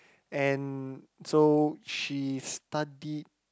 and so she studied